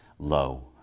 low